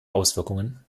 auswirkungen